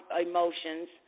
emotions